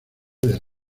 del